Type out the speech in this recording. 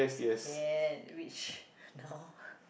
ya rich now